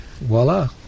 voila